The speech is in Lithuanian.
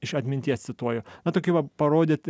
iš atminties cituoju na tokį va parodyti